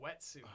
wetsuit